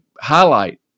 highlight